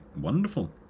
wonderful